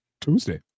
Tuesday